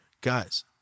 Guys